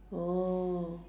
oh